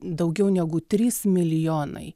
daugiau negu trys milijonai